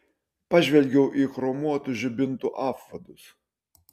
pažvelgiau į chromuotus žibintų apvadus